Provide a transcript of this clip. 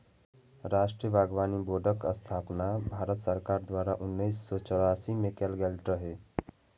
राष्ट्रीय बागबानी बोर्डक स्थापना भारत सरकार द्वारा उन्नैस सय चौरासी मे कैल गेल रहै